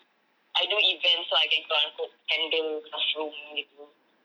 I do events so I can quote unquote handle classroom gitu